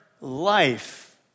life